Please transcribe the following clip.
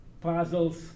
puzzles